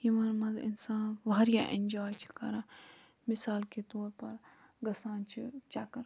یِمَن منٛز اِنسان واریاہ ایٚنجوٛاے چھُ کَران مِثال کے طور پر گَژھان چھِ چَکرَس